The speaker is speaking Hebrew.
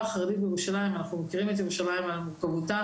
החרדית בירושלים ואנחנו מכירים את ירושלים על מורכבותה